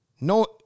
No